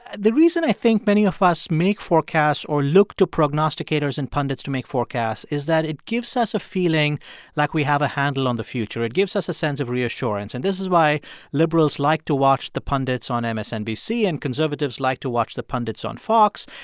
the reason i think many of us make forecasts or look to prognosticators and pundits to make forecasts is that it gives us a feeling like we have a handle on the future. it gives us a sense of reassurance and this is why liberals like to watch the pundits on msnbc and conservatives like to watch the pundits on fox.